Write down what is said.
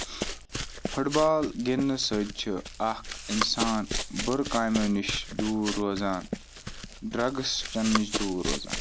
foot بال گِندنہٕ سۭتۍ چھُ اکھ اِنسان بُرٕ کامیو نِش دوٗر روزان ڈرگٔس چینہٕ نِش دوٗر روزان